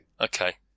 Okay